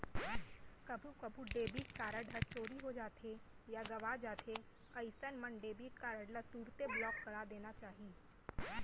कभू कभू debit card ह चोरी हो जाथे या गवॉं जाथे अइसन मन डेबिट कारड ल तुरते ब्लॉक करा देना चाही